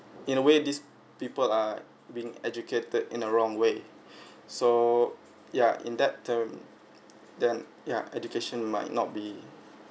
in a way this people are being educated in a wrong way so yeah in that term then yeah education might not be